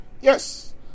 Yes